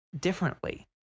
differently